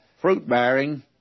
fruit-bearing